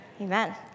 Amen